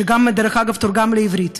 שדרך אגב גם תורגם לעברית,